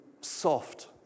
soft